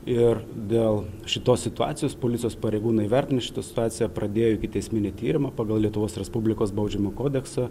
ir dėl šitos situacijos policijos pareigūnai vertina šitą situaciją pradėjo ikiteisminį tyrimą pagal lietuvos respublikos baudžiamą kodeksą